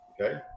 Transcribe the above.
Okay